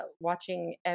watching